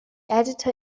editor